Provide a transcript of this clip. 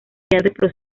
mediador